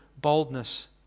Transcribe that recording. boldness